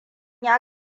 ya